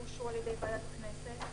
--- אושרו על ידי ועדת הכנסת?